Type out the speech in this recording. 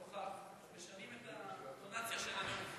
משנים את הטונציה של הנאום.